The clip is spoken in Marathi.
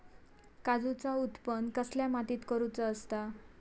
काजूचा उत्त्पन कसल्या मातीत करुचा असता?